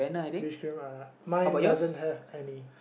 rich cream my doesn't have any